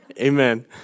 Amen